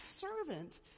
servant